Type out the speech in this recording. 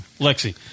Lexi